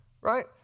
Right